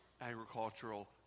agricultural